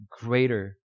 greater